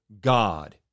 God